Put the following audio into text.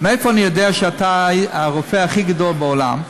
מאיפה אני יודע שאתה הרופא הכי גדול בעולם?